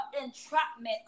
entrapment